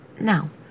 Now